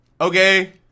Okay